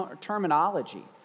terminology